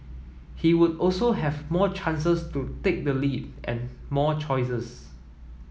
he would also have more chances to take the lead and more choices